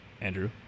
andrew